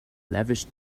lavish